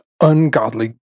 ungodly